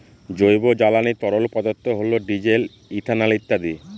জৈব জ্বালানি তরল পদার্থ হল ডিজেল, ইথানল ইত্যাদি